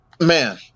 Man